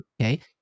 okay